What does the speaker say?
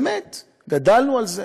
באמת, גדלנו על זה,